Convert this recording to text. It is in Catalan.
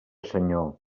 senyor